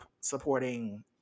supporting